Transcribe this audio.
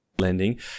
lending